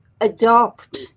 adopt